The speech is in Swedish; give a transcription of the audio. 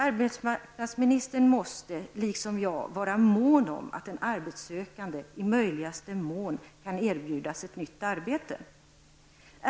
Arbetsmarknadsministern måste, liksom jag, vara angelägen om att en arbetssökande i möjligaste mån kan erbjudas ett nytt arbete.